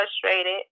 frustrated